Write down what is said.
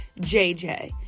JJ